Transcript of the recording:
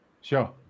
Sure